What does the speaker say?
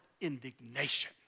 indignation